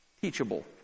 teachable